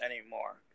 anymore